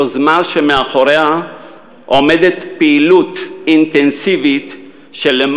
יוזמה שמאחוריה עומדת פעילות אינטנסיבית של יותר